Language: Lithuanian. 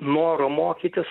noro mokytis